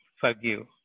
forgive